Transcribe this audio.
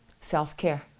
self-care